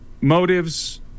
motives